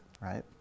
right